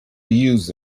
used